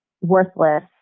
worthless